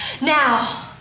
now